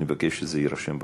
אני מבקש שזה יירשם בפרוטוקול.